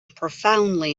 profoundly